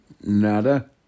Nada